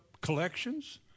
collections